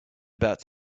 about